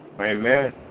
Amen